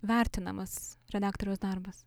vertinamas redaktoriaus darbas